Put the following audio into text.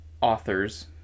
authors